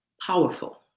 powerful